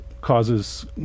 causes